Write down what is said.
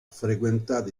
frequentato